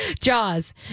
Jaws